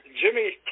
Jimmy